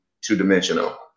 two-dimensional